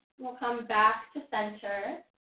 we'll come back to center.